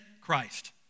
Christ